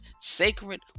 sacred